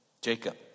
Jacob